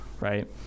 right